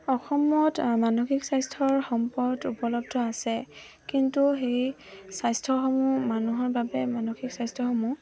অসমত মানসিক স্বাস্থ্যৰ সম্পদ উপলব্ধ আছে কিন্তু সেই স্বাস্থ্যসমূহ মানুহৰ বাবে মানসিক স্বাস্থ্যসমূহ